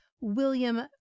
William